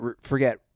forget